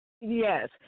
yes